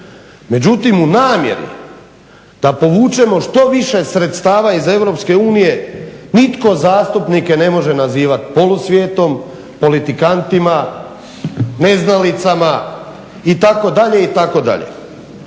Međutim, u namjeri da povučemo što više sredstava iz Europske unije nitko zastupnike ne može nazivati polusvijetom, politikantima, neznalicama itd. itd.